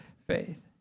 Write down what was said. faith